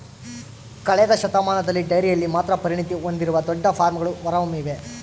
ಕಳೆದ ಶತಮಾನದಲ್ಲಿ ಡೈರಿಯಲ್ಲಿ ಮಾತ್ರ ಪರಿಣತಿ ಹೊಂದಿರುವ ದೊಡ್ಡ ಫಾರ್ಮ್ಗಳು ಹೊರಹೊಮ್ಮಿವೆ